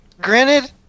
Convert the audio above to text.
granted